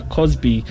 Cosby